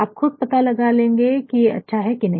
आप खुद पता लगा लेंगे की ये अच्छा है की नहीं